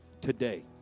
today